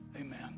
Amen